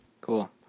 Cool